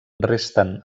resten